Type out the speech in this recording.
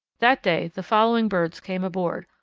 that day the following birds came aboard,